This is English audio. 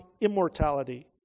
immortality